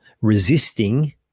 resisting